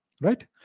Right